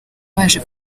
baje